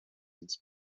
ins